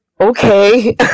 okay